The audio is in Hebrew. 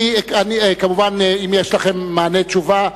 כמובן, אם יש לכם מענה, תשובה.